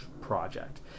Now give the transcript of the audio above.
project